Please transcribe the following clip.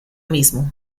mismo